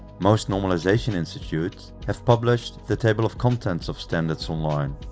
most normalization institutes have published the table of contents of standards online.